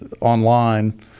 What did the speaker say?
online